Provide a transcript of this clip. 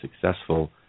successful